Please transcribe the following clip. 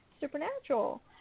Supernatural